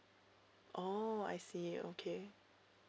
oh I see okay